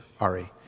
Ari